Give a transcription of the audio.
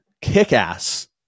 kick-ass